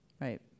right